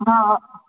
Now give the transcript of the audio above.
हा